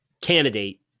candidate